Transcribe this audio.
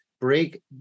Break